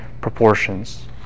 proportions